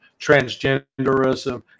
transgenderism